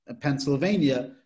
Pennsylvania